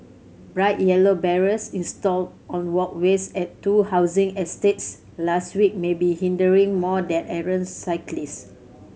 bright yellow barriers installed on walkways at two housing estates last week may be hindering more than errant cyclist